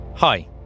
Hi